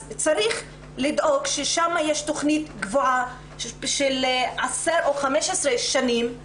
צריך לדאוג שתהיה תוכנית קבועה לעשר או 15 שנים,